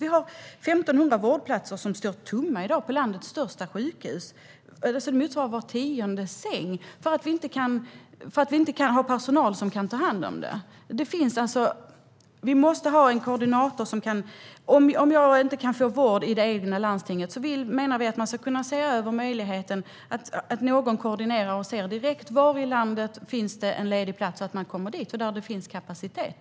Vi har 1 500 vårdplatser som står tomma på landets största sjukhus i dag - det motsvarar var tionde säng - därför att vi inte har personal som kan ta hand om patienterna. Vi måste ha en koordinator. Om jag inte kan få vård i det egna landstinget menar vi att man ska kunna se över möjligheten att någon koordinerar och direkt ser var i landet det finns en ledig plats, så att jag kommer dit det finns kapacitet.